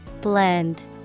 Blend